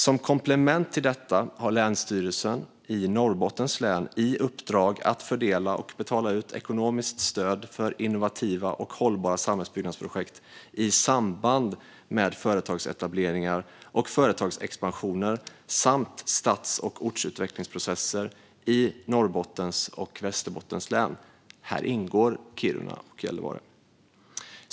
Som komplement till detta har Länsstyrelsen i Norrbottens län i uppdrag att fördela och betala ut ekonomiskt stöd för innovativa och hållbara samhällsbyggnadsprojekt i samband med företagsetableringar och företagsexpansioner samt stads och ortsutvecklingsprocesser i Norrbottens och Västerbottens län. Här ingår Kiruna och Gällivare.